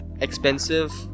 expensive